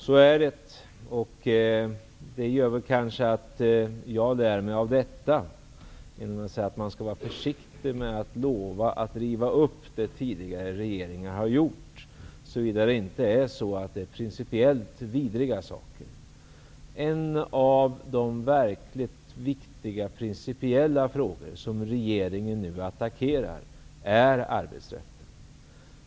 Så är det, och av detta lär jag mig att man skall vara försiktig med att lova att riva upp det som tidigare regeringar har gjort, såvida det inte är principiellt vidriga saker. Ett av de verkligt principiellt viktiga områden som regeringen nu attackerar är arbetsrätten.